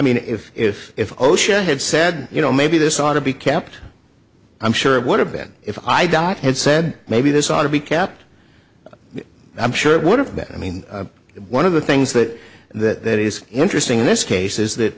mean if if if osha had said you know maybe this ought to be kept i'm sure it would have been if i dot had said maybe this ought to be kept i'm sure it would have been i mean one of the things that that is interesting in this case is that